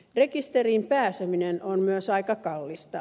rekisteriin pääseminen on myös aika kallista